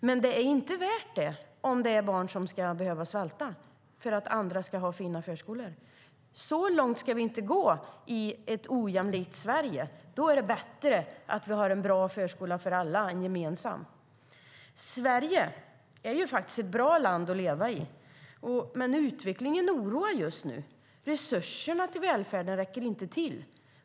Men om barn ska behöva svälta för att andra ska ha fina förskolor är det inte värt det. Så långt ska vi inte gå i ett ojämlikt Sverige. Då är det bättre att vi har en bra gemensam förskola för alla. Sverige är ett bra land att leva i, men utvecklingen oroar. Resurserna till välfärden räcker inte till.